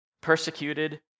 persecuted